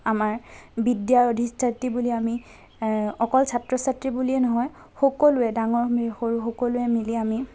আমাৰ বিদ্যাৰ অধিষ্ঠাত্ৰী বুলি আমি অকল ছাত্ৰ ছাত্ৰী বুলিয়েই নহয় সকলোৱে ডাঙৰ মি সৰু সকলোৱে মিলি আমি